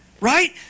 Right